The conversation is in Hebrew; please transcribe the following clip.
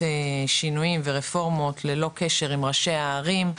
שינויים ורפורמות ללא קשר עם ראשי הערים,